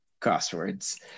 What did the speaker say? crosswords